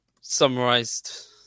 Summarized